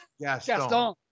Gaston